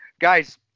guys